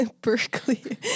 Berkeley